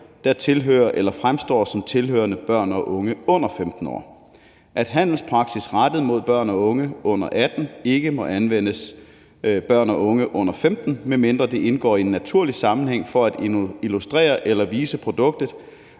der tilhører eller fremstår som tilhørende børn og unge under 15 år. Handelspraksis rettet mod børn og unge under 18 år må ikke anvendes af børn og unge under 15 år, medmindre det indgår i en naturlig sammenhæng for at illustrere eller vise produktet,